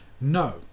no